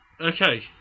Okay